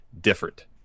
different